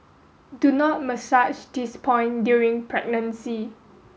do not massage this point during pregnancy